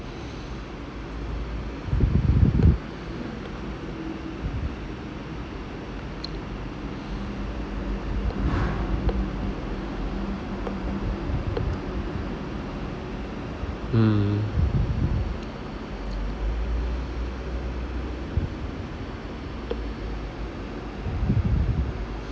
mm